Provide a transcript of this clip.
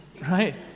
right